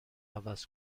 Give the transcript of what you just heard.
عوض